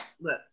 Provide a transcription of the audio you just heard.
look